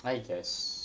I guess